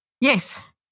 Yes